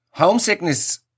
Homesickness